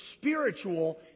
spiritual